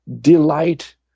delight